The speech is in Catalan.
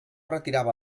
retirava